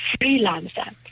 freelancer